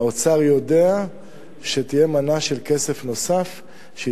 האוצר יודע שתהיה מנה של כסף נוסף שהיא